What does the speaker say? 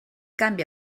canvi